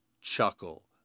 Chuckle